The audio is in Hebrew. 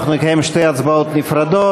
אנחנו נקיים שתי הצבעות נפרדות.